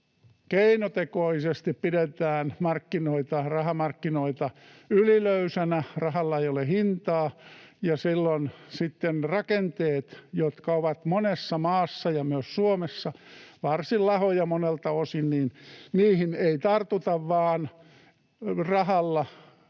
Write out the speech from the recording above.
keinotekoisesti pidetään rahamarkkinoita ylilöysinä. Rahalla ei ole hintaa, ja silloin sitten rakenteisiin, jotka ovat monessa maassa ja myös Suomessa monelta osin varsin lahoja, ei tartuta vaan nämä